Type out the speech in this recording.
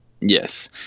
yes